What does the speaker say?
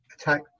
attack